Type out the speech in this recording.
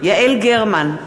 יעל גרמן,